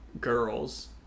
girls